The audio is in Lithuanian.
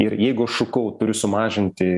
ir jeigu aš šukau turiu sumažinti